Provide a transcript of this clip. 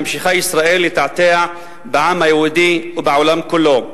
ישראל ממשיכה לתעתע בעם היהודי ובעולם כולו.